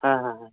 ᱦᱮᱸ ᱦᱮᱸ ᱦᱮᱸ